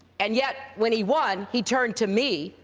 and yet when he won, he turned to me,